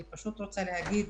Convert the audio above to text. אני פשוט רוצה להגיד